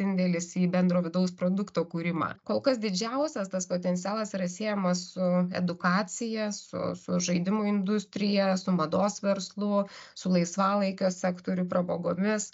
indėlis į bendro vidaus produkto kūrimą kol kas didžiausias tas potencialas yra siejamas su edukacija su su žaidimų industrija su mados verslu su laisvalaikio sektoriu pramogomis